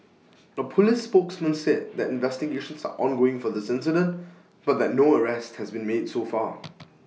A Police spokesman said that investigations are ongoing for this incident but that no arrests had been made so far